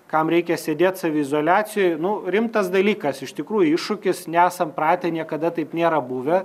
kam reikia sėdėt saviizoliacijoj nu rimtas dalykas iš tikrųjų iššūkis nesam pratę niekada taip nėra buvę